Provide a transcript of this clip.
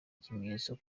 ikimenyetso